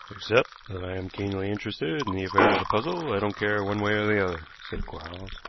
except that i am keenly interested in the affair as a puzzle, i don't care one way or the other, said quarles.